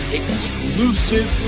exclusive